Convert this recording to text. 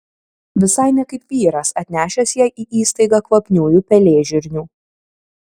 visai ne kaip vyras atnešęs jai į įstaigą kvapniųjų pelėžirnių